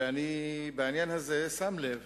ואני בעניין הזה שם לב